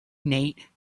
nate